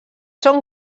són